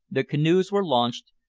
the canoes were launched,